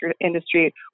industry